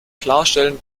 klarstellen